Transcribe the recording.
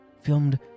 filmed